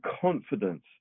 confidence